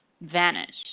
vanish